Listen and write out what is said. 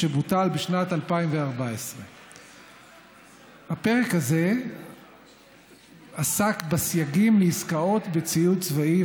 שבוטל בשנת 2014. הפרק הזה עסק בסייגים לעסקאות בציוד צבאי,